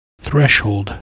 threshold